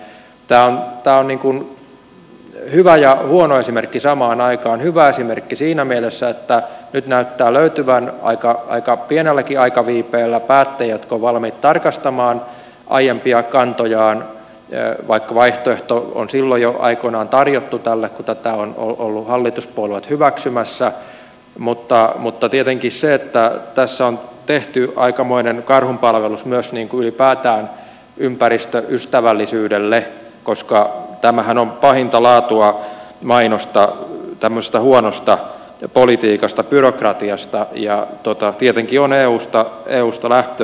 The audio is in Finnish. tämä on hyvä ja huono esimerkki samaan aikaan hyvä esimerkki siinä mielessä että nyt näyttää löytyvän aika pienelläkin aikaviipeellä päättäjiä jotka ovat valmiit tarkastamaan aiempia kantojaan vaikka vaihtoehto on silloin jo aikoinaan tarjottu tälle kun tätä ovat olleet hallituspuolueet hyväksymässä mutta tietenkin tässä on tehty aikamoinen karhunpalvelus myös ylipäätään ympäristöystävällisyydelle koska tämähän on pahinta laatua mainosta tämmöisestä huonosta politiikasta byrokratiasta ja tietenkin on eusta lähtöisin